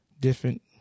different